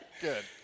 Good